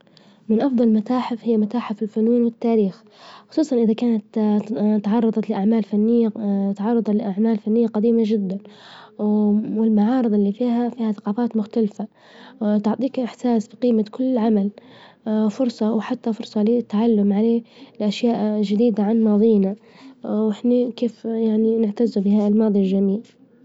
من أفظل المتاحف هي متاحف الفنون والتاريخ، خصوصا إذا كانت تعرظت لأعمال فنية تعرظ لأعمال فنية جديمة جدا، والمعارظ إللي فيها- فيها ثجافات مختلفة، وتعطيك إحساس بقيمة كللل عمل، فرصة وحتى فرصة للتعلم عليه أشياء جديدة عن ماظينا، وإحنا كيف يعني نعتز بهذا الماظي الجميل.